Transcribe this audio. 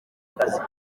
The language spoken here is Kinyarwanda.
akazi